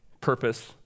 purpose